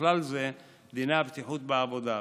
ובכלל זה דיני הבטיחות בעבודה,